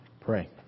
pray